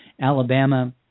Alabama